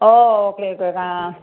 ओ okay okay हा